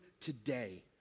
today